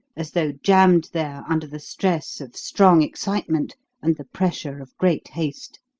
as though jammed there under the stress of strong excitement and the pressure of great haste.